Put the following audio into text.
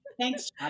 Thanks